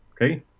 okay